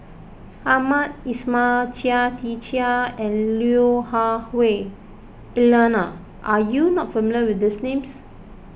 Hamed Ismail Chia Tee Chiak and Lui Hah Wah Elena are you not familiar with these names